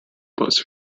bus